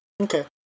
okay